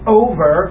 over